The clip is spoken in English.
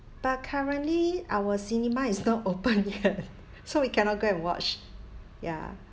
but currently our cinema is not open yet so we cannot go and watch ya